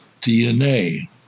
DNA